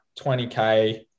20k